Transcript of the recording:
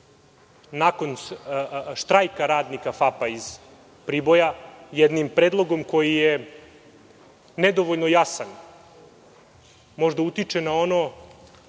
nakon štrajka radnika FAP iz Priboja, jednim predlogom koji je nedovoljno jasan, možda utiče na ono